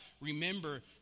remember